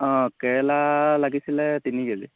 অঁ কেৰেলা লাগিছিলে তিনি কেজি